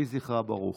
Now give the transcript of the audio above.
יהי זכרה ברוך.